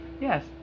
Yes